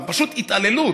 פשוט התעללות.